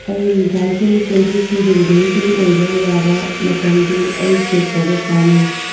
ꯑꯩ ꯃꯤꯊꯥꯏꯁꯤꯡ ꯀꯦꯟꯗꯤꯁꯀꯤ ꯗꯦꯂꯤꯕꯔꯤꯒꯤ ꯑꯣꯏꯕ ꯌꯥꯕ ꯃꯇꯝꯗꯨ ꯑꯩ ꯆꯦꯛ ꯇꯧꯕ ꯄꯥꯝꯃꯤ